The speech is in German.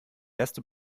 erste